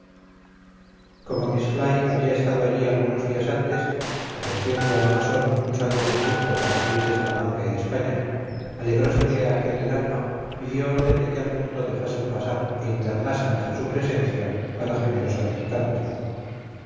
como miss fly había estado allí algunos días antes ofreciendo al masón un salvo-conducto para salir de salamanca y de españa alegrósele a aquel el alma y dio orden de que al punto dejasen pasar e internasen hasta su presencia a la generosa visitante